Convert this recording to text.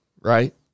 right